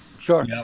Sure